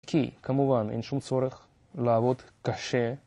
כי כמובן אין שום צורך לעבוד קשה